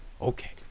Okay